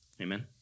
Amen